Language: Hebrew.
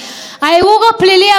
הערעור הפלילי הראשון,